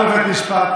אנחנו לא בבית משפט,